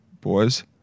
boys